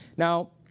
now,